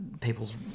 people's